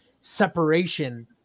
separation